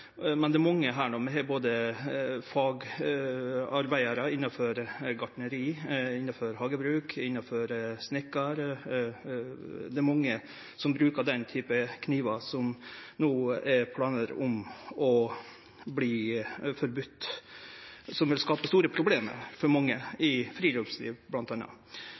det i innlegget sitt. Det er mange – fagarbeidarar innanfor både gartneri og hagebruk og snikkarar – som brukar den typen knivar som det no er planar om skal verte forbode. Det vil òg skape store problem for mange i bl.a. friluftsliv.